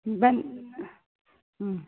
ಹ್ಞೂ ಬಂದು ಹ್ಞೂ